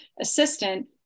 assistant